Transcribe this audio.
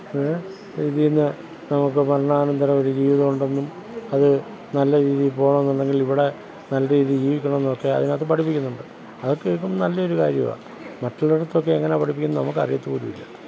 ഇതിൽ നിന്നു നമുക്ക് മരണാനന്തരം ഒരു ജീവിതമുണ്ടെന്നും അതു നല്ല രീതിയിൽ പോകണമെന്നുണ്ടെങ്കില് ഇവിടെ നല്ല രീതിയിൽ ജീവിക്കണമെന്നും ഒക്കെ അതിനകത്ത് പഠിപ്പിക്കുന്നുണ്ട് അതൊക്കെയിപ്പം നല്ലയൊരു കാര്യമാണ് മറ്റുള്ള ഇടത്തൊക്കെ എങ്ങനെയാണ് പഠിപ്പിക്കുന്നത് നമുക്കറിയത്ത് പോലുമില്ല